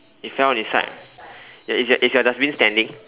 it fell on its side ya is your is your dustbin standing